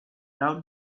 doubt